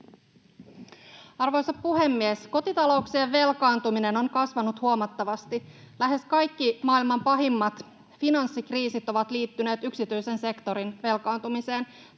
Arvoisa puhemies! Kotitalouksien velkaantuminen on kasvanut huomattavasti. Lähes kaikki maailman pahimmat finanssikriisit ovat liittyneet yksityisen sektorin velkaantumiseen.